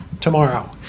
tomorrow